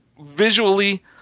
visually